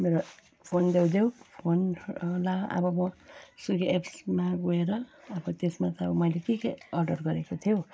मेरो फोन देऊ देऊ फोन ला अब म स्विगी एप्समा गएर अब त्यसमा त मैले के के अर्डर गरेको थिएँ हौ